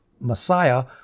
Messiah